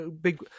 big